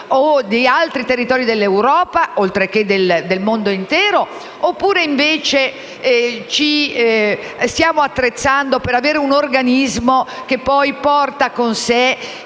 o di altri territori dell'Europa, oltre che del mondo intero, oppure ci stiamo attrezzando per avere un organismo che poi porta con sé